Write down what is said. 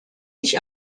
sich